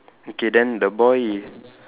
okay then the boy